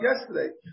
yesterday